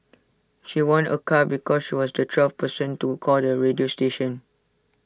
she won A car because she was the twelfth person to call the radio station